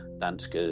Danske